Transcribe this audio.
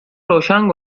روشن